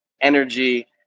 energy